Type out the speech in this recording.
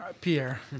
Pierre